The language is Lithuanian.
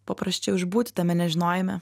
paprasčiau išbūti tame nežinojime